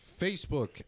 Facebook